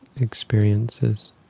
experiences